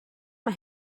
mae